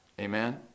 amen